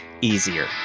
easier